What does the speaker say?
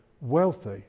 wealthy